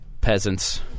peasants